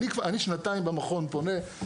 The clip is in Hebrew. אני שנתיים במכון פונה,